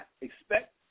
expect